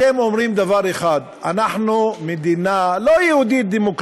אתם אומרים דבר אחד: אנחנו מדינה לא יהודית-דמוקרטית,